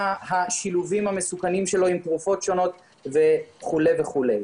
מה השילובים המסוכנים שלו עם תרופות שונות וכולי וכולי.